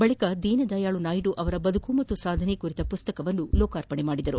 ಬಳಕ ದೀನದಯಾಳು ನಾಯ್ಡು ಅವರ ಬದುಕು ಮತ್ತು ಸಾಧನೆ ಕುರಿತ ಪುಸ್ತಕ ಲೋಕಾರ್ಪಣೆ ಮಾಡಿದರು